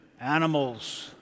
animals